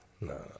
No